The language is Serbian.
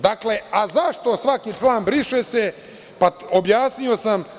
Dakle, a zašto svaki član – briše se, pa objasnio sam.